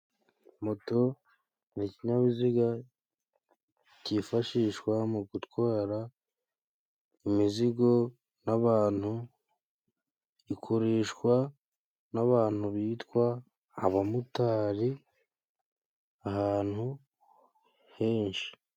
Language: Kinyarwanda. Moto ni ikinyabiziga cyifashishwa mu gutwara imizigo n'abantu, gikoreshwa n'abantu bitwa abamotari ahantu henshi.